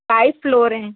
pipe flow हो रहे हैं